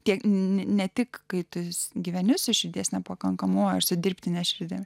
tiek ne tik kai tu gyveni su širdies nepakankamumu ar su dirbtine širdimi